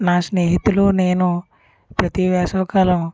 నా స్నేహితులు నేను ప్రతీ వేసవి కాలం